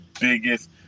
biggest